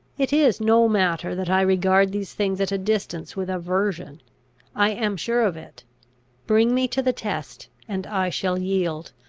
it is no matter that i regard these things at a distance with aversion i am sure of it bring me to the test, and i shall yield.